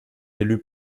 élus